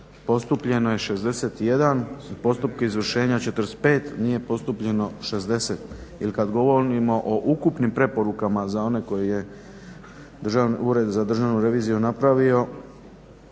Postupljeno je 61, u postupku izvršenja 45, nije postupljeno 60 ili kad govorimo o ukupnim preporukama za one koje je Ured za državnu reviziju napravio